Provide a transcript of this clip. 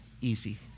easy